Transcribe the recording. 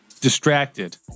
distracted